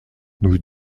nous